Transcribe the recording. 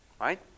Right